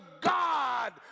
God